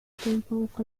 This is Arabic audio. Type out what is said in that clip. فوق